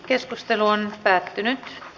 keskustelu päättyi